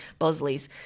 Bosleys